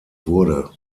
wurde